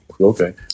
okay